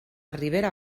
ribera